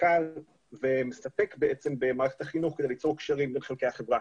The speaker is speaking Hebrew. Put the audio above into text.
מושכל ומספק במערכת החינוך כדי ליצור קשרים בין חלקי החברה.